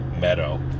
meadow